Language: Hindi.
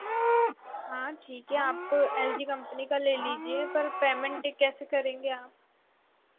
हाँ ठीक है आप एल जी कंपनी का ले ले लीजिए पर पेमेंट कैसे करेंगे आप